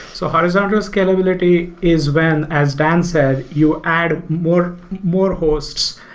so horizontal scalability is when as dan said, you add more more hosts,